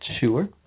Sure